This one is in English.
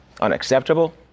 unacceptable